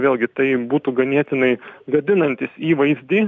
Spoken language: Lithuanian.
vėlgi tai būtų ganėtinai gadinantys įvaizdį